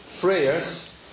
prayers